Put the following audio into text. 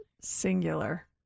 Singular